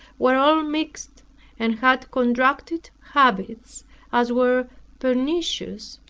were all mixed and had contracted habits as were pernicious.